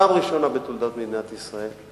פעם ראשונה בתולדות מדינת ישראל,